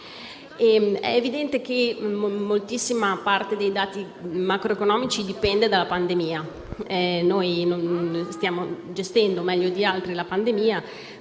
È evidente che moltissima parte dei dati macroeconomici dipende dalla pandemia: la stiamo gestendo meglio di altri, ma